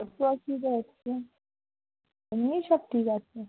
একটু অসুবিধা হচ্ছে এমনি সব ঠিক আছে